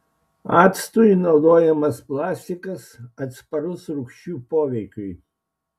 actui naudojamas plastikas atsparus rūgščių poveikiui